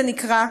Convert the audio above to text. זה נקרא.